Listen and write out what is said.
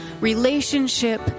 relationship